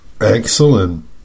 excellent